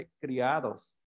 criados